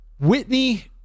Whitney